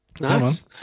Nice